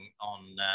on